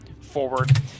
forward